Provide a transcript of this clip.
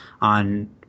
on –